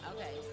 Okay